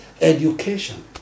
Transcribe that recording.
education